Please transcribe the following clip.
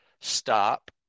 stop